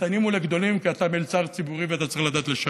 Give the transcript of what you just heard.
לקטנים ולגדולים כי אתה מלצר ציבורי ואתה צריך לדעת לשרת.